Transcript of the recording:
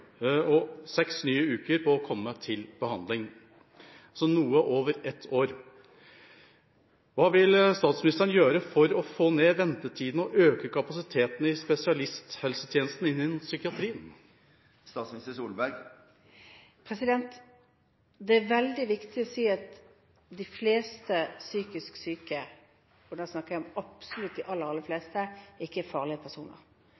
og 6 nye uker for å komme til behandling – altså noe over 1 år. Hva vil statsministeren gjøre for å få ned ventetidene og øke kapasiteten i spesialisthelsetjenesten innenfor psykiatri? Det er veldig viktig å si at de fleste psykisk syke – og da snakker jeg om absolutt de aller fleste – er ikke farlige personer.